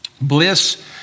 Bliss